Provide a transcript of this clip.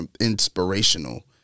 inspirational